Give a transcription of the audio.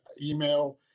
email